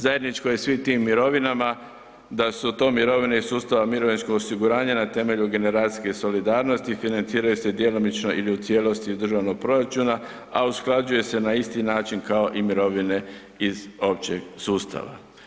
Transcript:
Zajedničko je svim tim mirovinama da su to mirovine iz sustava mirovinskog osiguranja i na temelju generacije solidarnosti, financiraju se djelomično ili u cijelosti od državnog proračuna a usklađuje se na isti način kao i mirovine iz općeg sustav.